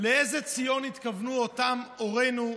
לאיזה ציון התכוונו אותם הורינו,